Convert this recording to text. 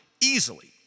easily